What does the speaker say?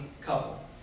couple